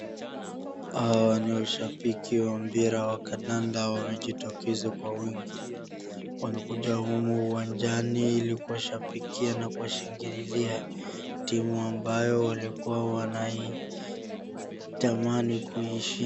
Hao ni washabiki wa mpira wa kandanda wamejitokeza kwa wingi wamekuja humu uwanjani ili kuwashabiki na kuwashangililia timu ambayo walikua wanatamani kuishinda.